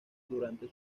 durante